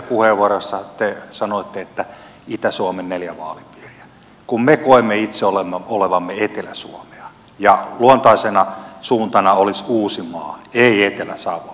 puheenvuorossanne te sanoitte että itä suomen neljä vaalipiiriä kun me koemme itse olevamme etelä suomea ja luontaisena suuntana olisi uusimaa ei etelä savo